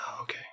okay